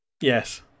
Yes